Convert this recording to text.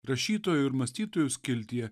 rašytojų ir mąstytojų skiltyje